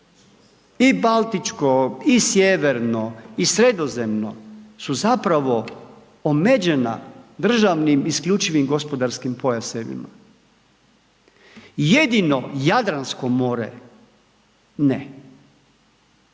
i Baltičko i Sjeverno i Sredozemno su zapravo omeđena državnim isključivim gospodarskim pojasevima. Jedino Jadransko more ne.